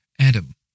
Adam